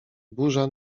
burza